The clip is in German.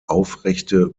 aufrechte